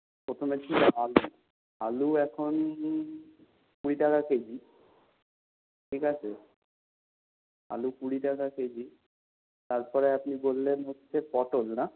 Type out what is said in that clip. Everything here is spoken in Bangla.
প্রথমে আলু আলু এখন কুড়ি টাকা কেজি ঠিক আছে আলু কুড়ি টাকা কেজি তারপরে আপনি বললেন হচ্ছে পটল না